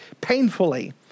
painfully